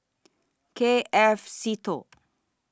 K F Seetoh